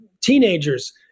teenagers